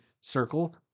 circle